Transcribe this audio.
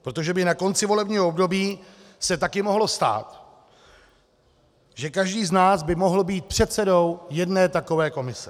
Protože by se na konci volebního období taky mohlo stát, že každý z nás by mohl být předsedou jedné takové komise.